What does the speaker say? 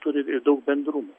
turi daug bendrumų